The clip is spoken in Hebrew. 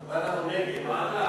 ועדה.